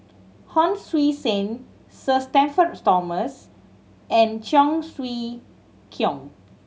Hon Sui Sen Sir Shenton Thomas and Cheong Siew Keong